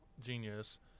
genius